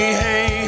hey